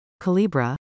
Calibra